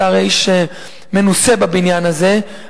אתה הרי איש מנוסה בבניין הזה,